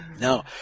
No